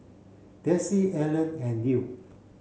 Darcie Ellen and Lew